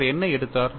அவர் என்ன எடுத்தார்